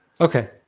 Okay